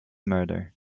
murder